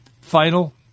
final